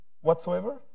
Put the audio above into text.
whatsoever